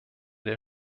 der